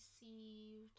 received